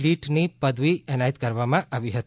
લીટની પદવી એનાયત કરવામાં આવી હતી